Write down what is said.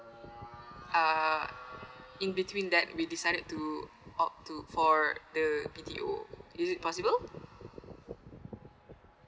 ah in between that we decided to opt to for the B_T_O is it possible